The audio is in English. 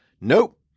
Nope